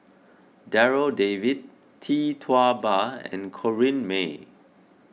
Darryl David Tee Tua Ba and Corrinne May